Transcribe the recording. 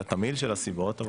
את התמהיל של הסיבות.